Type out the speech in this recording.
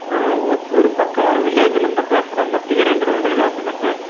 ஆ ஓசூர் பக்கம் ஒரு வில்லேஜிலேர்ந்துதான் பேசுகிறன் மத்திகிரின்ற ஒரு வில்லேஜ்லேருந்து